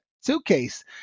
suitcase